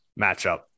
matchup